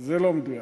זה לא מדויק.